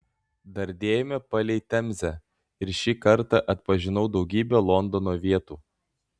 dardėjome palei temzę ir šį kartą atpažinau daugybę londono vietų